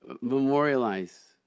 memorialize